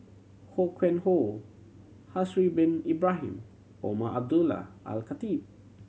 Ho Yuen Hoe Haslir Bin Ibrahim Umar Abdullah Al Khatib